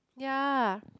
yeah